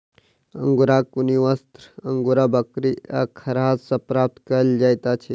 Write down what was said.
अंगोराक ऊनी वस्त्र अंगोरा बकरी आ खरहा सॅ प्राप्त कयल जाइत अछि